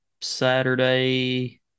Saturday